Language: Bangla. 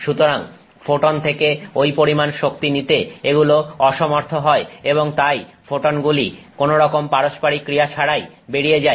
সুতরাং ফোটন থেকে ঐ পরিমাণ শক্তি নিতে এগুলো অসমর্থ হয় এবং তাই ফোটনগুলি কোনরকম পারস্পরিক ক্রিয়া ছাড়াই বেরিয়ে যায়